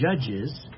Judges